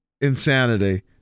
insanity